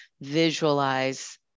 visualize